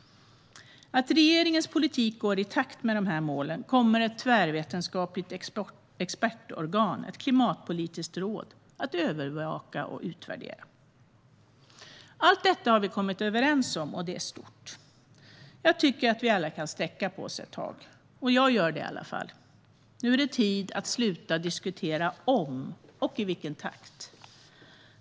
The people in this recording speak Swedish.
Att regeringens politik går i takt med dessa mål kommer ett tvärvetenskapligt expertorgan, ett klimatpolitiskt råd, att övervaka och utvärdera. Allt detta har vi kommit överens om, och det är stort. Jag tycker att vi alla kan sträcka på oss ett tag. Jag gör det i alla fall. Nu är det tid att sluta diskutera om och i vilken takt.